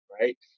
Right